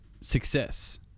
success